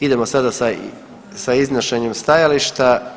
Idemo sada sa iznošenjem stajališta.